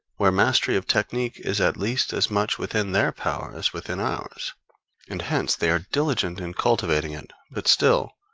where mastery of technique is at least as much within their power as within ours and hence they are diligent in cultivating it but still,